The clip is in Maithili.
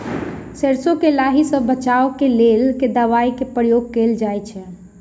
सैरसो केँ लाही सऽ बचाब केँ लेल केँ दवाई केँ प्रयोग कैल जाएँ छैय?